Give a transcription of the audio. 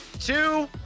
two